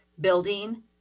building